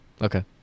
Okay